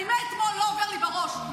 אני מאתמול לא עובר לי בראש,